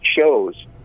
shows